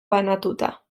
banatuta